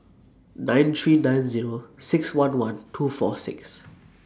nine three nine Zero six one one two four six